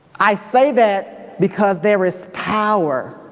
i say that because there is power